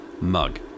mug